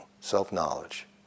self-knowledge